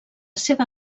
seva